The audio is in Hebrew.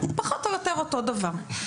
פחות או יותר אותו דבר.